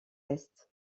est